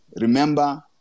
remember